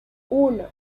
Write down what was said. uno